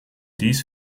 dies